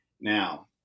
Now